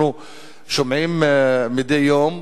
אנחנו שומעים מדי יום,